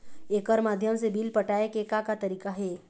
एकर माध्यम से बिल पटाए के का का तरीका हे?